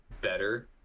better